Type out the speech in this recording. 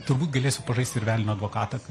turbūt galėsiu pažaisti ir velnio advokatą